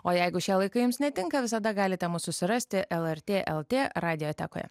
o jeigu šie laikai jiems netinka visada galite susirasti lrt lrt radiotekoje